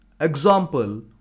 Example